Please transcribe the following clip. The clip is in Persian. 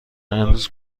امروز